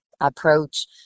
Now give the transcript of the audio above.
approach